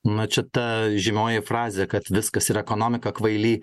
na čia ta žymioji frazė kad viskas yra ekonomika kvaily